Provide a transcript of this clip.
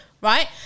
right